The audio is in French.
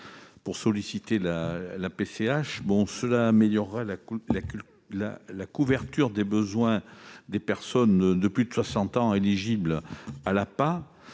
pour solliciter la PCH, améliorant ainsi la couverture des besoins des personnes de plus de 60 ans éligibles à l'APA.